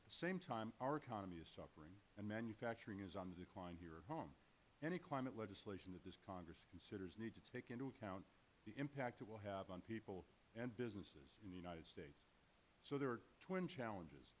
at the same time our economy is suffering and manufacturing is on the decline here at home any climate legislation that this congress needs to consider needs to take into account the impact it will have on people and businesses in the united states so there are twin challenges